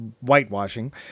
whitewashing